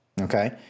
Okay